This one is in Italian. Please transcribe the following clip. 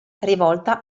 rivolta